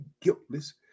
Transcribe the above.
guiltless